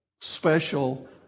special